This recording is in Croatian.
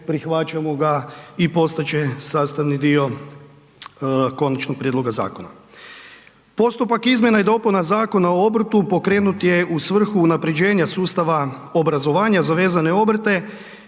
prihvaćamo ga i postat će sastavni dio konačnog prijedloga zakona. Postupak izmjena i dopuna Zakona o obrtu pokrenut je u svrhu unaprjeđenja sustava obrazovanja za vezane obrte